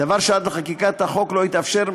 דבר שעד לחקיקת החוק לא התאפשר,